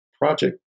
project